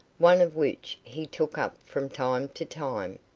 one of which he took up from time to time,